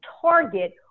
target